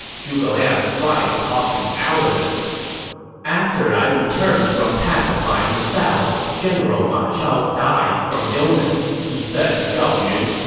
zhuge liang tried to talk him out of it after i returned from pacifying the south, general ma chao died from illness, he said to zhao yun.